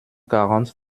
quarante